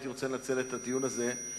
הייתי רוצה לנצל את הדיון הזה להתייחסות